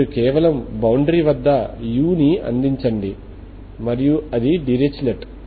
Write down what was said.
మీరు కేవలం బౌండరీ వద్ద u ని అందించండి మరియు అది డిరిచ్లెట్